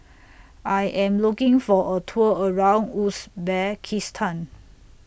I Am looking For A Tour around Uzbekistan